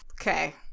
Okay